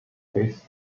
his